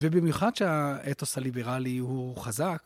ובמיוחד שהאתוס הליברלי הוא חזק